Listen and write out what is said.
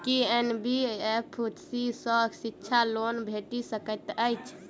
की NBFC सँ शिक्षा loan भेटि सकैत अछि?